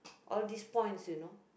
all these points you know